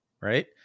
Right